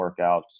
workouts